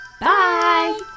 Bye